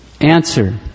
Answer